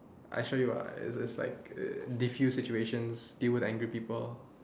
I show you ah it's it's like defuse situations deal with angry people